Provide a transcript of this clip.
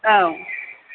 औ